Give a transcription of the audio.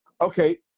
Okay